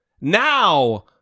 Now